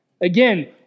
Again